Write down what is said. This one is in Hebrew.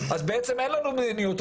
אז בעצם אין לנו מדיניות.